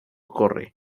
corre